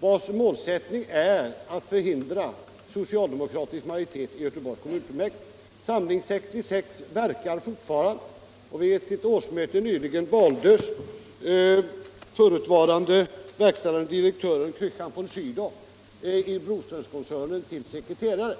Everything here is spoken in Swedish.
vars målsättning är att förhindra socialdemokratisk majoritet i Göteborgs kommunfullmäktige. Samling 66 verkar fortfarande. Vid det senaste årsmötet valdes förutvarande verkställande direktören i Broströmkoncernen Kristian von Sydow till sekreterare.